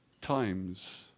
times